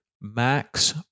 max